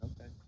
Okay